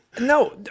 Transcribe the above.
No